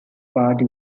party